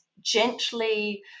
gently